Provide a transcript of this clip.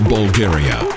Bulgaria